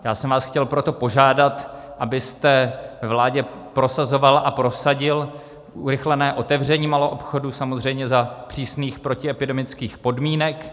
Já jsem vás chtěl proto požádat, abyste ve vládě prosazoval a prosadil urychlené otevření maloobchodu, samozřejmě za přísných protiepidemických podmínek.